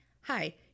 Hi